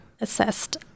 assessed